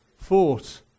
fought